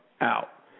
out